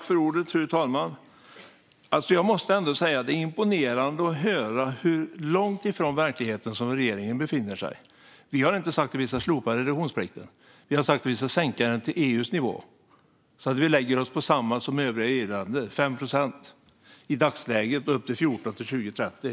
Fru talman! Jag måste ändå säga att det är imponerande att höra hur långt ifrån verkligheten regeringen befinner sig. Vi har inte sagt att vi ska slopa reduktionsplikten. Vi har sagt att vi ska sänka den till EU:s nivå, så att vi lägger oss på samma nivå som övriga EU-länder, 5 procent och i dagsläget upp till 14 procent till 2030.